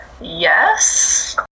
yes